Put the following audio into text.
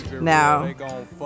now